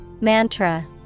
Mantra